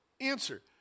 answer